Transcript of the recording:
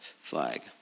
flag